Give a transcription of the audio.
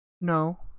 No